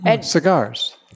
Cigars